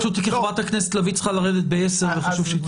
פשוט כי חברת הכנסת לשעבר לביא צריכה לרדת ב-10:00 וחשוב שהיא תדבר.